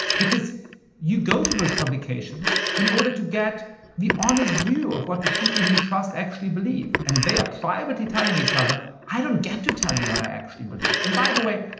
because you go to those publications in order to get the honest view of what the people who you trust actually believe and they are privately telling each other. i don't get to tell you what i actually believe. and by the way,